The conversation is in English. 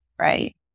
right